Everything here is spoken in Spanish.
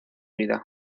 vida